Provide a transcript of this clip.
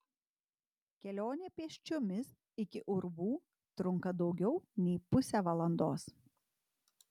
kelionė pėsčiomis iki urvų trunka daugiau nei pusę valandos